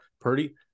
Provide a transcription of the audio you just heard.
purdy